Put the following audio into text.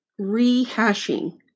rehashing